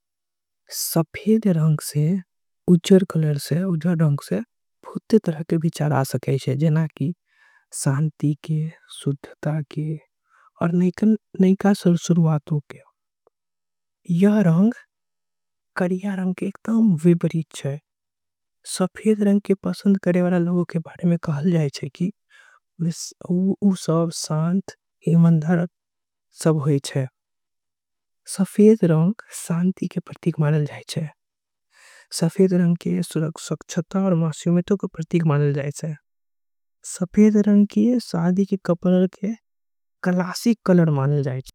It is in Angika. सफेद रंग से उजर रंग आय सफेद रंग से बहुते। तरह के विचार आ सके छे जैसे कि शांति के शुद्धता। के परिचय देवे छे सफेद रंग के पसंद करे वाला के बारे। में कहे जाय छे की उ शांत स्वभाव के होय छे।